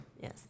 Yes